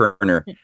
Turner